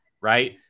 right